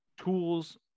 tools